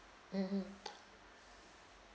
mmhmm